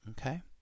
Okay